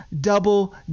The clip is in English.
double